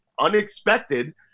unexpected